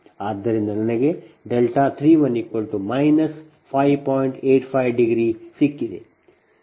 ಆದ್ದರಿಂದ ನನಗೆ 31 5